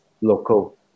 local